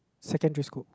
secondary school